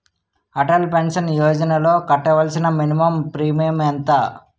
Atal pension యోజనలో కట్టవలసిన minimum premium ఎంత?